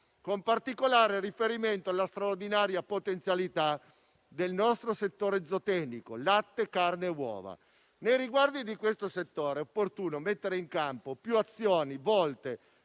con particolare riferimento alla straordinaria potenzialità del nostro settore zootecnico (latte, carne, uova). Nei riguardi di questo settore è opportuno mettere in campo più azioni volte,